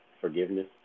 forgiveness